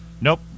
Nope